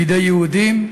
בידי יהודים.